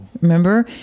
Remember